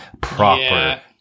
Proper